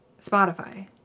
Spotify